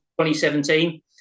2017